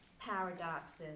paradoxes